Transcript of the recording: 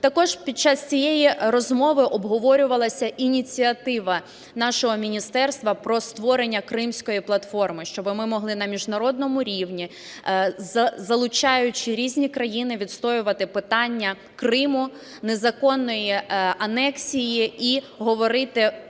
Також під час цієї розмови обговорювалась ініціатива нашого міністерства про створення Кримської платформи, щоби ми могли на міжнародному рівні, залучаючи різні країни, відстоювати питання Криму, незаконної анексії і говорити